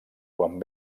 quan